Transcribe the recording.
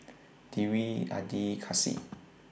Dewi Adi Kasih